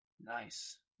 Nice